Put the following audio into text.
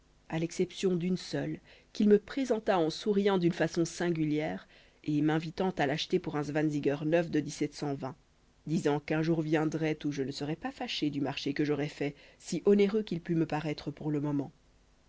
à l'exception d'une seule qu'il me présenta en souriant d'une façon singulière et m'invitant à l'acheter pour un zwanziger neuf de disant qu'un jour viendrait où je ne serais pas fâché du marché que j'aurais fait si onéreux qu'il pût me paraître pour le moment